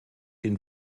den